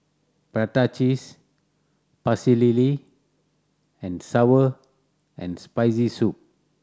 prata cheese Pecel Lele and sour and Spicy Soup